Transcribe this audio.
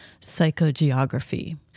psychogeography